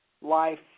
life